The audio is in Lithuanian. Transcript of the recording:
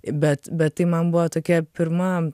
bet bet tai man buvo tokia pirma